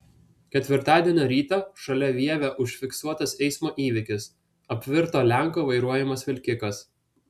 ketvirtadienio rytą šalia vievio užfiksuotas eismo įvykis apvirto lenko vairuojamas vilkikas